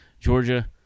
Georgia